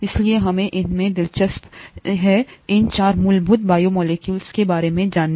इसलिए हमें इसमें दिलचस्पी थी इन 4 मूलभूत बायोमोलेक्यूलस के बारे में जानना